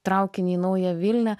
traukinį į naują vilnią